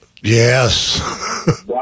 yes